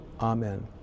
amen